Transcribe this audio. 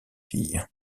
filles